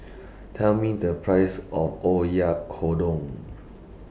Tell Me The Price of Oyakodon